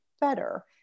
better